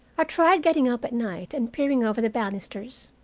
i tried getting up at night and peering over the banisters,